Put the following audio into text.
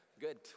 Good